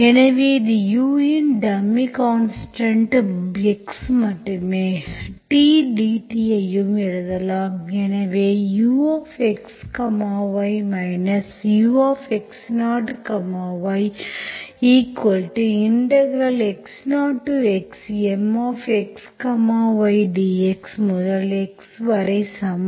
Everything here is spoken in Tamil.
எனவே இது u இன் டம்மி கான்ஸ்டன்ட் x மட்டுமே t dt ஐயும் எழுதலாம் எனவே ux y ux0y x0xMxy dx முதல் x வரை சமம்